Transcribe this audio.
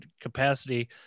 capacity